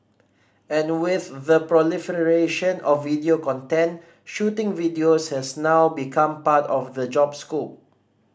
and with the proliferation of video content shooting videos has now become part of the job scope